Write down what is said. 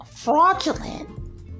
fraudulent